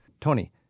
Tony